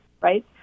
right